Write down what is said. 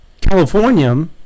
California